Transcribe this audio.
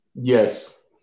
yes